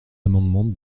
amendement